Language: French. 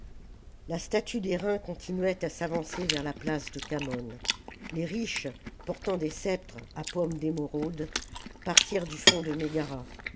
la statue d'airain continuait à s'avancer vers la place de khamon les riches portant des sceptres à pomme d'émeraude partirent du fond de mégara